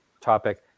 topic